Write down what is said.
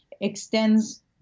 extends